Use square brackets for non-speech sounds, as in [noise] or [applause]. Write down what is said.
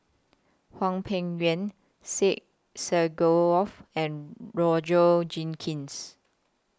Hwang Peng Yuan Syed [unintelligible] and Roger Jenkins